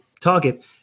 target